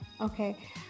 okay